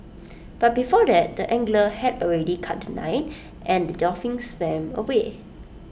but before that the angler had already cut The Line and the dolphin swam away